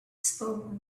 spoke